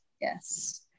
yes